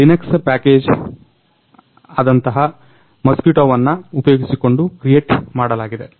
Linux package ಆದಂತಹ ಮಸ್ಕೀಟೊವನ್ನ ಉಪಯೋಗಿಸಿಕೊಂಡು ಕ್ರಿಯೇಟ್ ಮಾಡಲಾಗಿದೆ